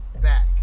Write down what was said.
back